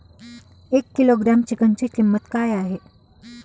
एक किलोग्रॅम चिकनची किंमत काय आहे?